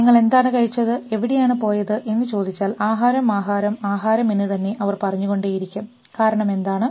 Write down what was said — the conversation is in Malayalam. നിങ്ങൾ എന്താണ് കഴിച്ചത് എവിടെയാണ് പോയത് എന്ന് ചോദിച്ചാൽ ആഹാരം ആഹാരം ആഹാരം എന്ന് തന്നെ അവർ പറഞ്ഞു കൊണ്ടേയിരിക്കും കാരണം എന്താണ്